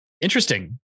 interesting